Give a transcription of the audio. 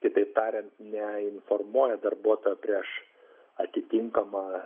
kitaip tariant ne informuoja darbuotoją prieš atitinkamą